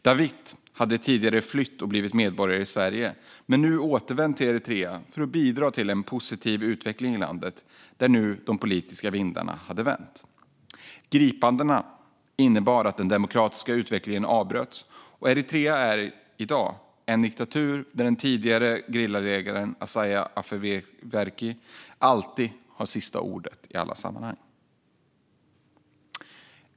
Dawit hade tidigare flytt och blivit medborgare i Sverige, men han hade nu återvänt till Eritrea för att bidra till en positiv utveckling i landet, där de politiska vindarna hade vänt. Gripandena innebar att den demokratiska utvecklingen avbröts, och Eritrea är i dag en diktatur där den tidigare gerillaledaren Isaias Afwerki alltid har sista ordet i alla sammanhang.